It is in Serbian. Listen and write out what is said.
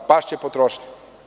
Pašće potrošnja.